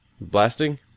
Blasting